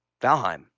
Valheim